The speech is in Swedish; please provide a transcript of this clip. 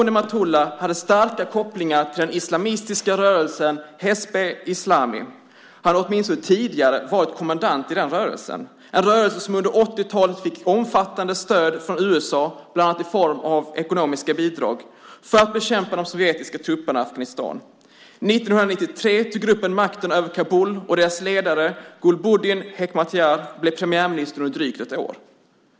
Nematullah hade starka kopplingar till den islamistiska rörelsen Hezb-e Islami. Han hade åtminstone tidigare varit kommendant i rörelsen, en rörelse som under 80-talet fick omfattande stöd från USA, bland annat i form av ekonomiska bidrag, för att bekämpa de sovjetiska trupperna i Afghanistan. 1993 tog gruppen makten över Kabul, och deras ledare Gulbuddin Hekmatyar blev premiärminister under drygt ett år.